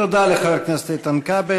תודה לחבר הכנסת איתן כבל.